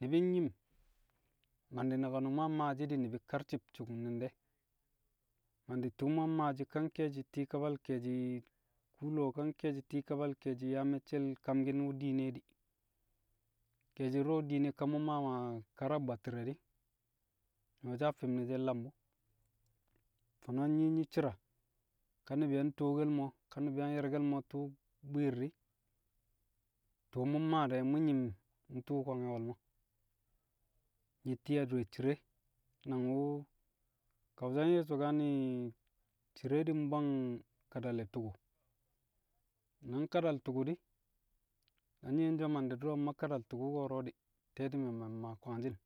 ni̱bi̱ nyi̱m, mandi̱ naki̱n wu̱ mu̱ yang maashi̱ di̱ ni̱bi su̱ku̱ng de̱, mandi̱ tu̱u̱ mu̱ maashi̱ ka nke̱e̱shi̱ ti̱i̱ kabal ke̱e̱shi̱ kuu- lo̱o̱. Ko̱ ka nke̱e̱shi̱ ti̱i̱ kabal ke̱e̱shi̱ yaa me̱cce̱l kamki̱n wu̱ diine di̱, ke̱e̱shi̱ du̱ro̱ diine ka mu̱ mmaa maa kar a bwatti̱re̱ di̱, nyu̱wo̱ shi̱ a fi̱m nẹ shẹ nlam bu̱. Fo̱no̱ nyi̱ nyi̱ shi̱ra, ka ni̱bi̱ yang tuwokel mo̱ ka ni̱bi̱ yang yẹrkẹl mo̱ tu̱u̱ bwi̱i̱r di̱, tu̱u̱ mu̱ mmaa de̱ mu̱ nyi̱m ntu̱u̱ kwangẹ wo̱lmo̱. Nyi̱ ti̱i̱ adure cire, namg wu̱ Kau̱sa nye̱ so̱kane̱ cire di̱ mbwang kada le̱ tu̱ku̱. Na nkada le̱ tu̱ku̱ di̱, na nyi̱ ye̱ so̱ mandi̱ du̱rø mma kadal tu̱ku̱ ko̱ro̱ di̱, te̱ti̱me̱ ma mmaa kwangshi̱n.